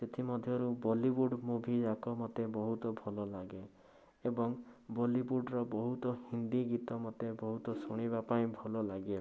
ସେଥିମଧ୍ୟରୁ ବଲୀଉଡ଼୍ ମୁଭିଯାକ ମୋତେ ବହୁତ ଭଲ ଲାଗେ ଏବଂ ବଲିଉଡ଼୍ର ବହୁତ ହିନ୍ଦୀ ଗୀତ ମୋତେ ବହୁତ ଶୁଣିବା ପାଇଁ ଭଲ ଲାଗେ